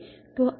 તો આગળ શું